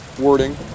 wording